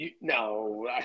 No